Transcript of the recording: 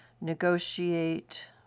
negotiate